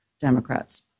Democrats